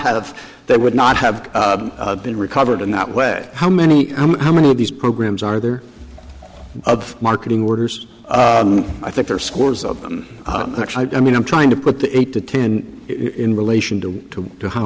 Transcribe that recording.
have they would not have been recovered in that way how many how many of these programs are there of marketing orders i think there are scores of which i mean i'm trying to put the eight to ten in relation to two to how